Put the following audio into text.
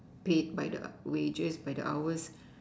paid by the wages by the hours